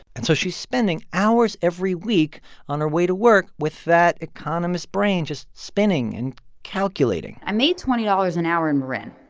and so she's spending hours every week on her way to work with that economist brain just spinning and calculating i made twenty dollars an hour in marin,